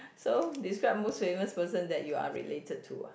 so describe most famous person that you are related to ah